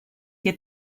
que